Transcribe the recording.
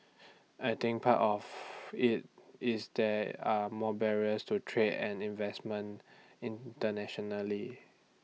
I think part of IT is there are more barriers to trade and investment internationally